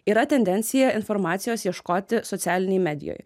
yra tendencija informacijos ieškoti socialinėj medijoj